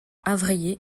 avrillé